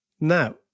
Now